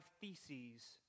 theses